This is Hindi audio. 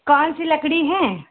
कौन सी लकड़ी हैं